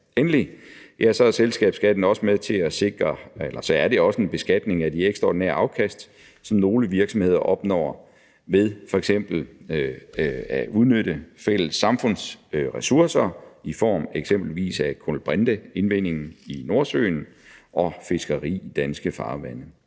Endelig er selskabsskatten også en beskatning af de ekstraordinære afkast, som nogle virksomheder opnår ved f.eks. at udnytte fælles samfundsressourcer eksempelvis i form af kulbrinteindvinding i Nordsøen og fiskeri i danske farvande.